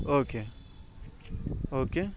okay okay